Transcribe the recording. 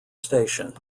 station